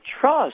trust